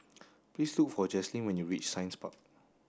please look for Jaslene when you reach Science Park